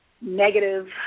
negative